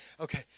okay